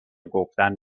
گفتن